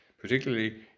Particularly